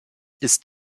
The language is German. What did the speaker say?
ist